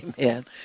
Amen